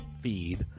feed